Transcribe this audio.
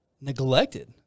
neglected